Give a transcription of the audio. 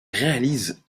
réalise